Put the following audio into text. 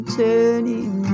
turning